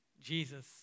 Jesus